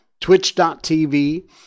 Twitch.tv